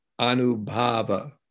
Anubhava